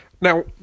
Now